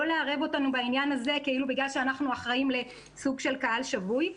לא לערב אותנו בעניין הזה כאילו בגלל שאנחנו אחראים לסוג של קהל שבוי.